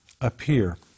appear